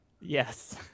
Yes